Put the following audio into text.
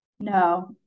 No